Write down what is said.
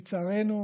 לצערנו,